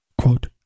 Quote